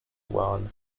worn